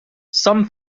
some